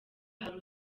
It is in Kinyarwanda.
hari